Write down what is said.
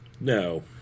No